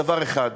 דבר אחד,